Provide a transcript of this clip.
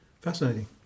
Fascinating